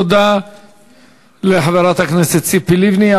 תודה לחברת הכנסת ציפי לבני.